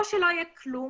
או שלא יהיה כלום,